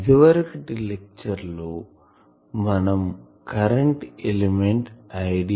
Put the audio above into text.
ఇదివరకటి లెక్చర్ లో మనం కరెంటు ఎలిమెంట్ I